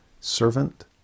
servant